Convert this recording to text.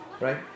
Right